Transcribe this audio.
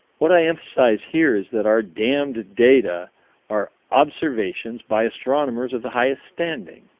what i emphasize here is that our damned data are observations by astronomers of the highest standing,